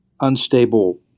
unstable